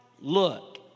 look